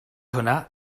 hwnna